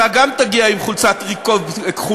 גם אתה תגיע עם חולצת טריקו כחולה.